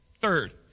Third